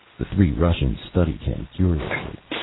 the three russians studied him curiously.